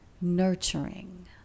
nurturing